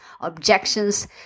objections